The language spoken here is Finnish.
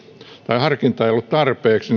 harkintaa ei ollut tarpeeksi